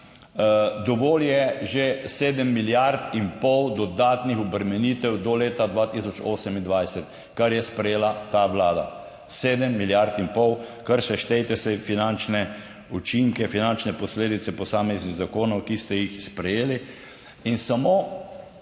Dovolj je že sedem milijard in pol dodatnih obremenitev do leta 2028, kar je sprejela ta vlada. Sedem milijard in pol! Kar seštejte finančne učinke, finančne posledice posameznih zakonov, ki ste jih sprejeli!